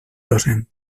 docent